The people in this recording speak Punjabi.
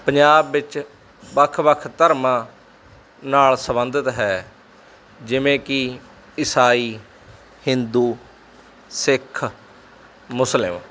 ਪੰਜਾਬ ਵਿੱਚ ਵੱਖ ਵੱਖ ਧਰਮਾਂ ਨਾਲ ਸੰਬੰਧਿਤ ਹੈ ਜਿਵੇਂ ਕਿ ਇਸਾਈ ਹਿੰਦੂ ਸਿੱਖ ਮੁਸਲਿਮ